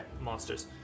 monsters